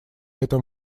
этом